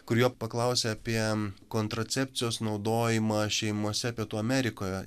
kur jo paklausė apie kontracepcijos naudojimą šeimose pietų amerikoje